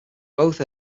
both